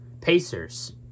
pacers